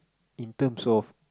in terms of